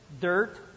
dirt